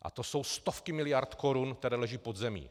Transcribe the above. A to jsou stovky miliard korun, které leží pod zemí.